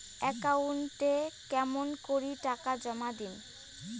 একাউন্টে কেমন করি টাকা জমা দিম?